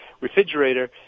refrigerator